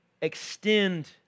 Extend